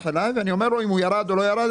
עליהם ואני אומר לו אם הוא ירד או לא ירד,